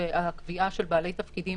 והקביעה של בעלי תפקידים